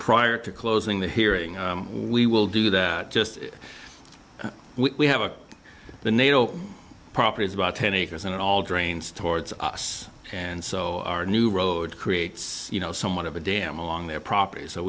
prior to closing the hearing we will do that just we have a the nato property is about ten acres and all drains towards us and so our new road creates you know somewhat of a dam along their propert